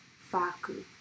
Faku